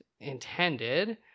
intended